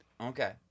Okay